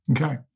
Okay